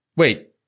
Wait